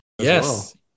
Yes